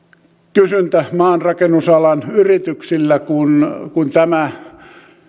kysyntä maanrakennusalan yrityksillä kun kun tämä